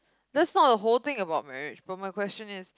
that's not the whole thing about marriage but my question is